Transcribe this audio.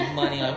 money